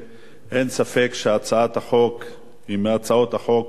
אין ספק שהצעת החוק היא מהצעות החוק רבות